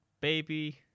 baby